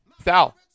Sal